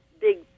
big